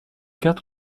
cartes